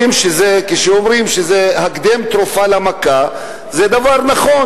וכשאומרים "הקדם תרופה למכה" זה דבר נכון,